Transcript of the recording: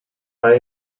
war